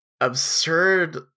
absurd